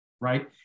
right